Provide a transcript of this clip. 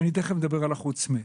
ותכף אני אדבר על ה-חוץ מ-.